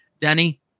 Danny